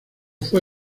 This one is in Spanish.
fue